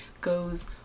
goes